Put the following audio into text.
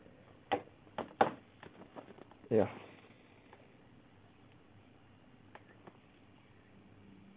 ya